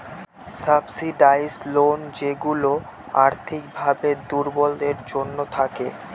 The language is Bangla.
সাবসিডাইসড লোন যেইগুলা আর্থিক ভাবে দুর্বলদের জন্য থাকে